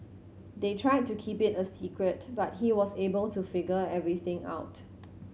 they tried to keep it a secret but he was able to figure everything out